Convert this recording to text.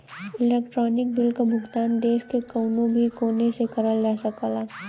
electronic bill क भुगतान देश के कउनो भी कोने से करल जा सकला